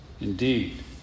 Indeed